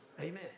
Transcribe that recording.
amen